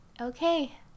Okay